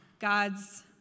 God's